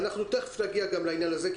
תכף נגיע גם לעניין הזה,